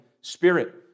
spirit